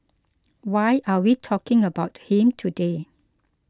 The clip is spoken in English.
why are we talking about him today